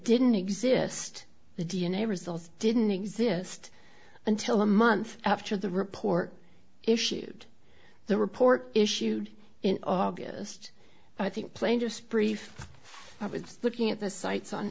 didn't exist the d n a results didn't exist until a month after the report issued the report issued in august i think plain just brief i was looking at the sites on